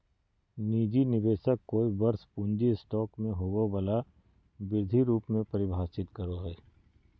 निजी निवेशक कोय वर्ष पूँजी स्टॉक में होबो वला वृद्धि रूप में परिभाषित करो हइ